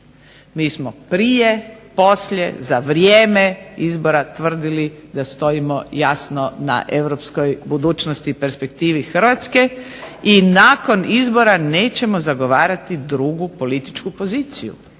Mi smo prije, poslije, za vrijeme izbora tvrdili da stojimo jasno na europskoj budućnosti i perspektivi Hrvatske i nakon izbora nećemo zagovarati drugu političku poziciju.